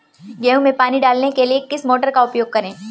गेहूँ में पानी डालने के लिए किस मोटर का उपयोग करें?